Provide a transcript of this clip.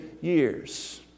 years